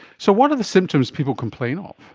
so what are the symptoms people complain um